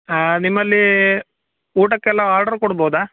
ಹಾಂ ನಿಮ್ಮಲ್ಲಿ ಊಟಕ್ಕೆಲ್ಲ ಆರ್ಡ್ರು ಕೊಡ್ಬೋದಾ